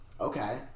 okay